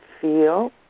feel